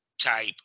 type